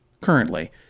Currently